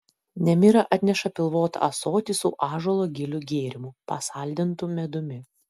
nemira atneša pilvotą ąsotį su ąžuolo gilių gėrimu pasaldintu medumi